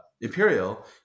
Imperial